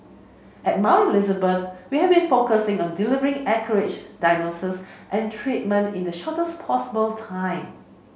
at Mount Elizabeth we have been focusing on delivering an accurate diagnosis and treatment in the shortest possible time